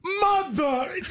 Mother